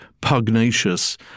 pugnacious